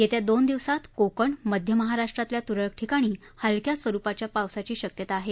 येत्या दोन दिवसात कोकण मध्य महाराष्ट्रातल्या तुरळक ठिकाणी हलक्या स्वरुपाच्या पावसाची शक्यता आहे